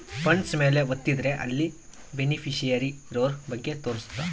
funds ಮೇಲೆ ವತ್ತಿದ್ರೆ ಅಲ್ಲಿ ಬೆನಿಫಿಶಿಯರಿ ಇರೋರ ಬಗ್ಗೆ ತೋರ್ಸುತ್ತ